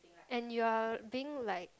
and you are being like